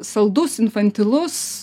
saldus infantilus